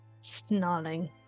snarling